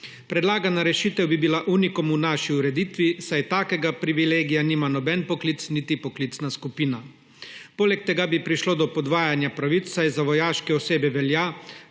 Predlagana rešitev bi bila unikum v naši ureditvi, saj takšnega privilegija nima noben poklic niti poklicna skupina. Poleg tega bi prišlo do podvajanja pravic, saj za vojaške osebe velja,